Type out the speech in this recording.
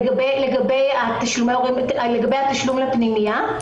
לגבי התשלום לפנימייה?